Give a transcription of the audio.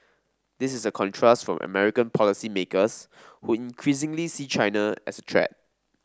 this is a contrast from American policymakers who increasingly see China as a threat